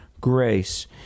grace